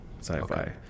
sci-fi